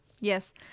yes